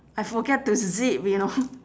I forget to zip you know